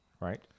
Right